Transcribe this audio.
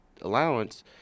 allowance